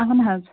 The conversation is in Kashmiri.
اَہَن حظ